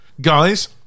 guys